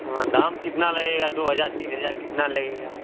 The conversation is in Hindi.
दाम कितना लगेगा दो हजार तीन हजार कितना लगेगा